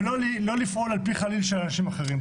ולא לפעול על פי חליל של אנשים אחרים.